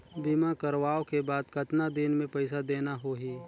बीमा करवाओ के बाद कतना दिन मे पइसा देना हो ही?